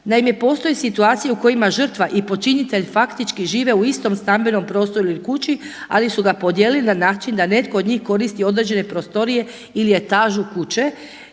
Naime, postoji situacija u kojoj ima žrtva i počinitelj faktički žive u istom stambenom prostoru ili kući ali su ga podijelili na način da netko od njih koristi određene prostorije ili je etažu kuće